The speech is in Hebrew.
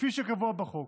כפי שקבוע בחוק.